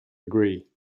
agree